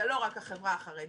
זה לא רק החברה החרדית,